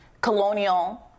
colonial